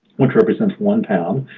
which represents one pound,